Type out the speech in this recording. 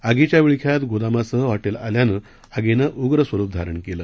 आगीच्या विळख्यात गोदामासह हॉटेल आल्यानं आगीनं उग्र स्वरूप धारण केले